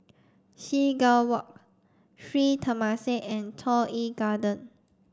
Seagull Walk Sri Temasek and Toh Yi Garden